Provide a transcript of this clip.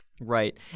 Right